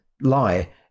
lie